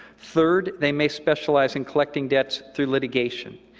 third, they may specialize in collecting debts through litigation.